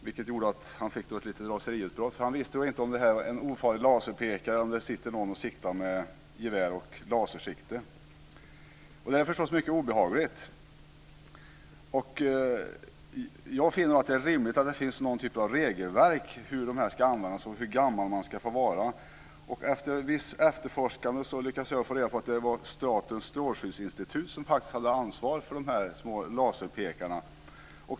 Det gjorde att han fick ett litet raseriutbrott, för han visste inte om det var en ofarlig laserpekare eller om det satt någon och siktade med gevär och lasersikte. Det är förstås mycket obehagligt. Jag finner att det vore rimligt om det fanns någon typ av regelverk för hur de här sakerna ska användas och för hur gammal man ska vara. Efter viss efterforskning lyckades jag få reda på att det är Statens strålskyddsinstitut som faktiskt har ansvar för de här små laserpekarna.